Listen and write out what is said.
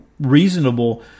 reasonable